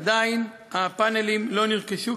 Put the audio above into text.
עדיין הפאנלים לא נרכשו.